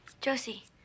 Josie